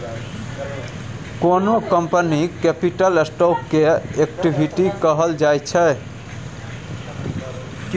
कोनो कंपनीक capital stock केँ इक्विटी कहल जाइ छै